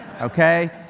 Okay